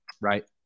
right